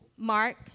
Mark